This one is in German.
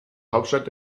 hauptstadt